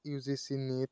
U G C NEET